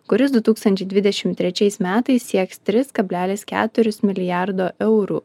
kuris du tūkstančiai dvidešim trečiais metais sieks tris kablelis keturis milijardo eurų